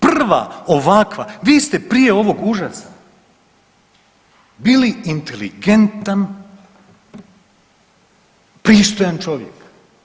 Prva ovakva, vi ste prije ovog užasa bili inteligentan pristojan čovjek.